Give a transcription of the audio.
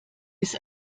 bis